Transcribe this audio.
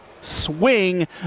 swing